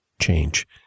change